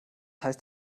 heißt